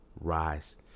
rise